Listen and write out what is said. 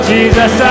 Jesus